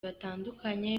batandukanye